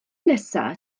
nesaf